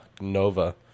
Nova